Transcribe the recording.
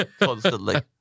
Constantly